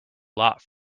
lot